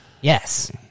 Yes